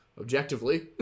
Objectively